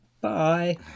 bye